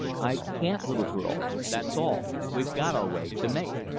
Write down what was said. i can't, little girl that's all. we've got our way to make.